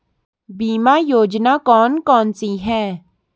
बीमा योजना कौन कौनसी हैं?